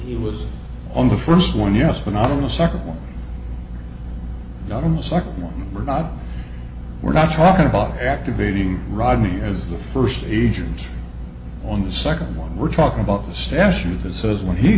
it was on the first one yes but not in the second one not in the second we're not we're not talking about activating rodney as the first agent on the second one we're talking about the statute that says when he